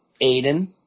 aiden